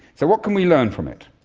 so what can we learn from it?